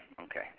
Okay